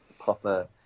proper